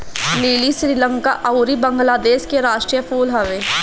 लीली श्रीलंका अउरी बंगलादेश के राष्ट्रीय फूल हवे